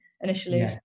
initially